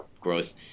growth